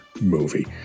movie